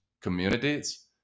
Communities